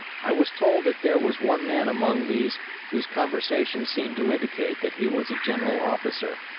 i was told that there was one man among these whose conversation seemed to indicate that he was a general officer.